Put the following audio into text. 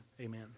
Amen